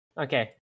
Okay